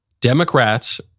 Democrats